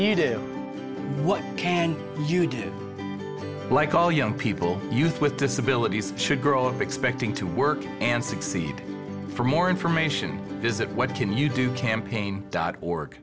you do what can you do like all young people with disabilities should girls are expecting to work and succeed for more information visit what can you do campaign dot org